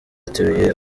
ateruye